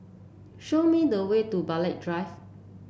show me the way to Burghley Drive